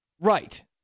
Right